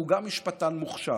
והוא גם משפטן מוכשר.